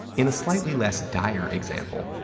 in a slightly less dire example,